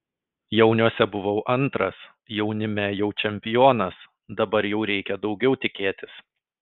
jauniuose buvau antras jaunime jau čempionas dabar jau reikia daugiau tikėtis